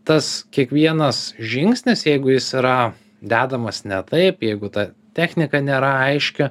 tas kiekvienas žingsnis jeigu jis yra dedamas ne taip jeigu ta technika nėra aiški